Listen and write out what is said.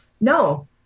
No